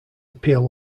appeal